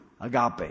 agape